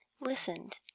listened